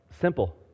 Simple